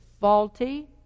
faulty